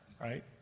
Right